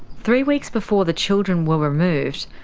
three weeks before the children were removed,